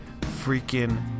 freaking